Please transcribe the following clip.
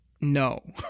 no